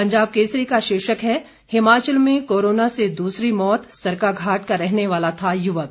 पंजाब केसरी का शीर्षक है हिमाचल में कोरोना से दूसरी मौत सरकाघाट का रहने वाला था युवक